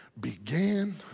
began